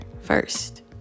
first